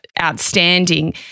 outstanding